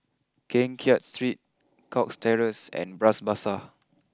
Keng Kiat Street Cox Terrace and Bras Basah